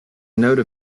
note